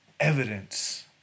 Evidence